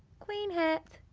queen hat.